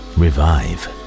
revive